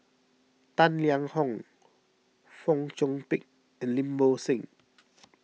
Tang Liang Hong Fong Chong Pik and Lim Bo Seng